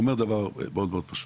הוא אומר דבר מאוד פשוט.